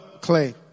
clay